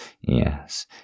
yes